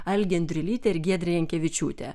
algė andriulytė ir giedrė jankevičiūtė